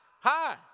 Hi